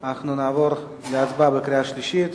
אנחנו עוברים להצבעה בקריאה השלישית.